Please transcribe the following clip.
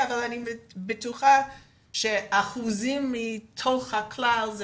אבל אני בטוחה שבאחוזים מתוך הכלל זה